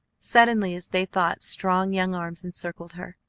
suddenly, as they thought, strong young arms encircled her,